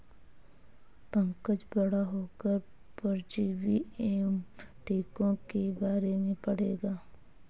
पंकज बड़ा होकर परजीवी एवं टीकों के बारे में पढ़ेगा